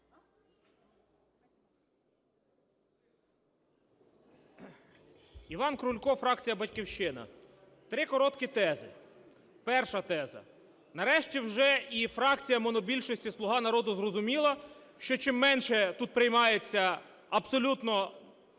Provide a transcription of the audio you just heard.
Іван Крулько, фракція "Батьківщина". Три короткі тези. Перша теза. Нарешті вже і фракція монобільшості "Слуга народу" зрозуміла, що, чим менше тут приймається абсолютно